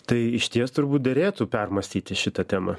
tai išties turbūt derėtų permąstyti šitą temą